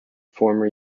former